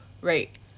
Right